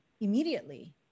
immediately